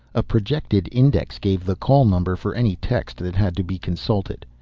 a projected index gave the call number for any text that had to be consulted.